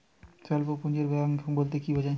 স্বল্প পুঁজির ব্যাঙ্ক বলতে কি বোঝায়?